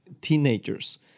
teenagers